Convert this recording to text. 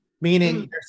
meaning